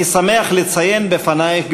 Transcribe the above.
אני שמח לציין בפנייך,